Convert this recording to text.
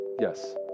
yes